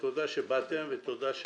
אין הצעת חוק הביטוח הלאומי (תיקון מס' ),